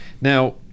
Now